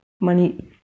money